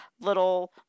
little